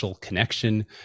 connection